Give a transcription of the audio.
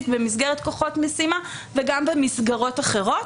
במסגרת כוחות משימה וגם במסגרות אחרות,